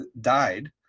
died